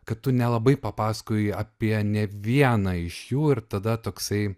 kad tu nelabai papasakoji apie ne vieną iš jų ir tada toksai